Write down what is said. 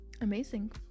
amazing